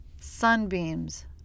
sunbeams